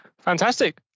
Fantastic